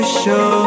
show